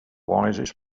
wisest